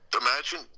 Imagine